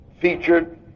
featured